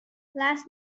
last